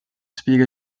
spiega